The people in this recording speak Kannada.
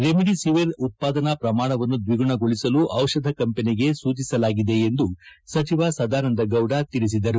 ರೆಮಿಡಿಸಿವರ್ ಉತ್ಪಾರನಾ ಪ್ರಮಾಣವನ್ನು ದ್ವಿಗುಣಗೊಳಿಸಲು ಜಿಷಧಿ ಕಂಪೆನಿಗೆ ಸೂಚಿಸಲಾಗಿದೆ ಎಂದು ಸಚಿವ ಸದಾನಂದಗೌಡ ಹೇಳಿದ್ದಾರೆ